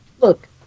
look